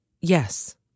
Yes